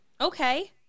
Okay